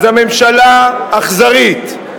אז הממשלה אכזרית,